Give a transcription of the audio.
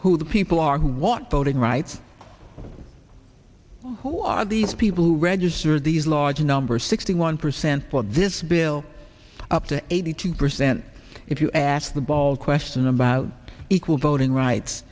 who the people are who want voting rights who are the people who registered these large numbers sixty one percent for this bill up to eighty two percent if you ask the ball question about equal voting rights